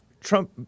Trump